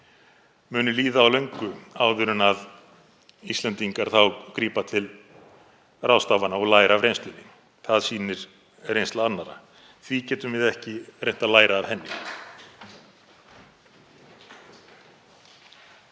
muni líða á löngu áður en Íslendingar grípa til ráðstafana og læra af reynslunni. Það sýnir reynsla annarra. Því getum við ekki reynt að læra af henni?